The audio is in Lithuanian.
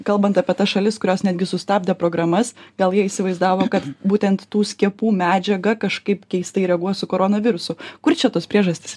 kalbant apie tas šalis kurios netgi sustabdė programas gal jie įsivaizdavo kad būtent tų skiepų medžiaga kažkaip keistai reaguos su koronavirusu kur čia tos priežastys